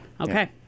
Okay